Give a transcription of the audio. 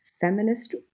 feminist